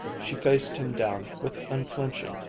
she faced him down with unflinching,